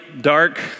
dark